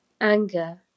Anger